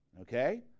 Okay